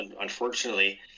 unfortunately